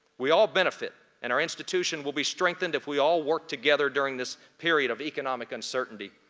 we all benefit, and our institution will be strengthened if we all work together during this period of economic uncertainty.